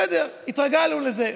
בסדר, התרגלנו לזה.